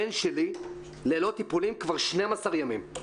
הבן שלי ללא טיפולים כבר 12 ימים.